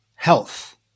health